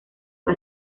fue